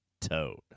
Toad